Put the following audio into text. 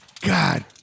God